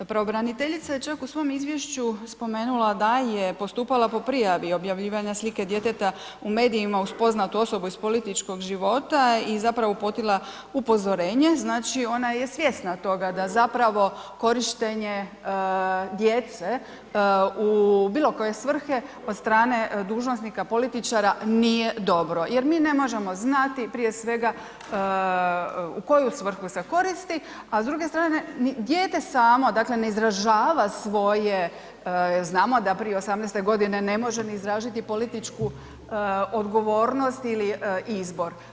Pravobraniteljica je čak u svom izvješću spomenula da je postupala po prijavi objavljivanja slike djeteta u medijima uz poznatu osobu iz političkog života i zapravo uputila upozorenje, znači, ona je svjesna toga da zapravo korištenje djece u bilo koje svrhe od strane dužnosnika, političara, nije dobro jer mi ne možemo znati prije svega u koju svrhu se koristi, a s druge strane, dijete samo, dakle, ne izražava svoje, znamo da prije 18.g. ne može ni izraziti političku odgovornost ili izbor.